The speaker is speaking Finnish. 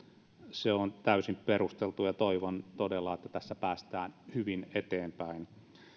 se on täysin perusteltu ja toivon todella että tässä päästään hyvin eteenpäin